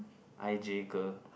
i_j girl